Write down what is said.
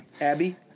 Abby